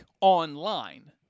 online